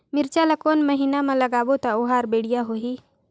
मिरचा ला कोन महीना मा लगाबो ता ओहार बेडिया होही?